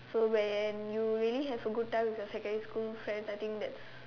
so when you really have a good time with your secondary school friends I think that's